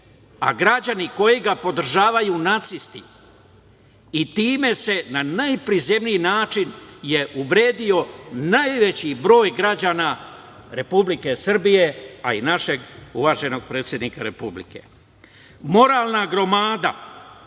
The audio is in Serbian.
a građani koji ga podržavaju nacisti i time je na najprizemniji način uvredio najveći broj građana Republike Srbije, a i našeg uvaženog predsednika Republike. Moralna gromada,